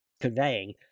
conveying